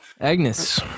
Agnes